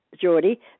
Geordie